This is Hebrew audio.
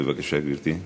בבקשה, גברתי.